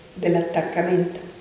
dell'attaccamento